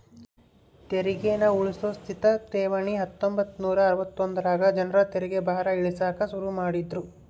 ತೆರಿಗೇನ ಉಳ್ಸೋ ಸ್ಥಿತ ಠೇವಣಿ ಹತ್ತೊಂಬತ್ ನೂರಾ ಅರವತ್ತೊಂದರಾಗ ಜನರ ತೆರಿಗೆ ಭಾರ ಇಳಿಸಾಕ ಶುರು ಮಾಡಿದ್ರು